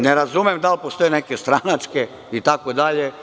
Ne razumem da li postoje neke stranačke itd.